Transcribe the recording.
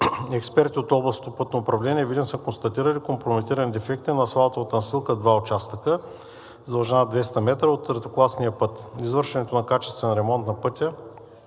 Експерти на Областното пътно управление – Видин, са констатирали компрометирани дефекти на асфалтовата настилка в два участъка с дължина 200 метра от третокласния път. Извършването на качествен ремонт на пътя